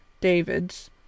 David's